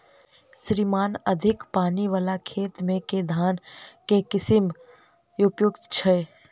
श्रीमान अधिक पानि वला खेत मे केँ धान केँ किसिम उपयुक्त छैय?